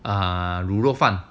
卤肉饭